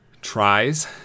tries